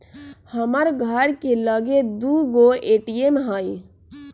हमर घर के लगे दू गो ए.टी.एम हइ